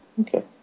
okay